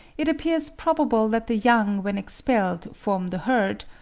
it appears probable that the young when expelled from the herd,